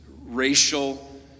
racial